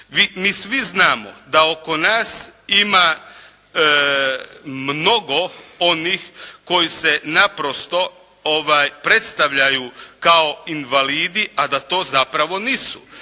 Mi svi znamo da oko nas ima mnogo onih koji se naprosto predstavljaju kao invalidi a da to zapravo nisu,